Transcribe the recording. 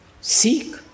seek